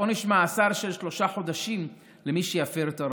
עונש מאסר של שלושה חודשים למי שיפר את ההוראות.